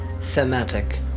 Thematic